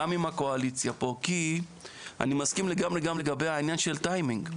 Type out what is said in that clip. גם אם הקואליציה פה כי אני מסכים לגמרי גם לגבי הענין של טיימינג,